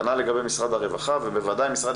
כנ"ל לגבי משרד הרווחה ובוודאי המשרד